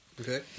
okay